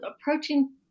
approaching